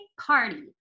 party